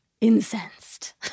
incensed